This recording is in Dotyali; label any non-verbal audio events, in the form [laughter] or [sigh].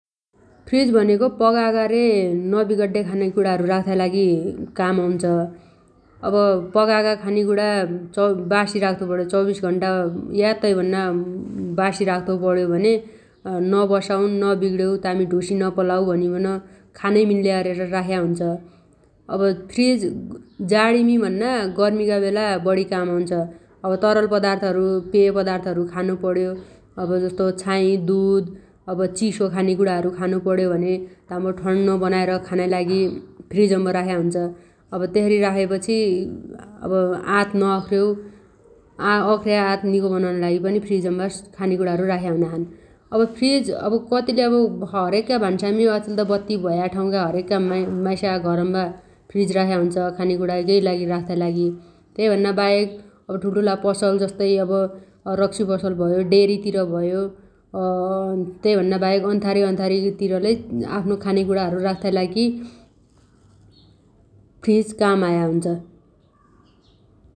फ्रिज भनेगो पगागा रे नबिगड्डे खानेकुणाहरु राउथाइ लागि काम आउन्छ । अब पगागा खानेकुणा चौ_बासी राख्तो पण्यो चौबिस घण्टा या तै भन्ना [hesitation] बासी राउथो पण्यो भने नबसाउन नबिग्णेउ तामी ढुसी नपलाउ भनिबन खानै मिल्ले अरेर राख्या हुन्छ । अब फ्रिज जाणीमी भन्ना गर्मीगा बेला बढी काम आउन्छ । अब तरल पदार्थहरु पेय पदार्थहरु खानो पण्यो अब जस्तो छाइ दुध अब चिसो खानेकुणाहरु खानुपण्यो भने ताम्बो ठण्नो बनाएर खानाइ लागि फ्रिजम्बो राख्या हुन्छ । अब त्यसरी राखेपछि [hesitation] आँत नअख्रेउ अख्र्या आँत निगो बनाउनाइ लागि पनि फ्रिजम्बा खानेकुणाहरु राख्या हुनाछन् । अब फ्रिज अब कतिले अब हरेकका भान्सामी अछेल त बत्ती भया ठाउगा हरेकका माइसा घरम्बा फ्रिज राख्या हुन्छ खानेकुणा केइ राख्ताइ लागि । तैभन्ना बाहेक अब ठुल्ठुला पसल जस्तै अब रक्सी पसल भयो डेरीतिर भयो [hesitation] तैभन्नाबाहेक अन्थारी अन्थारी तिर लै आफ्नो खानेकुणाहरु राख्ताइ लागि फ्रिज काम आया हुन्छ ।